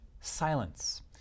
silence